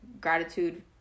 gratitude